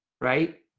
right